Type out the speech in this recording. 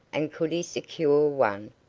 and could he secure one,